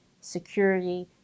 security